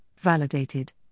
validated